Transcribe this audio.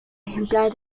ejemplar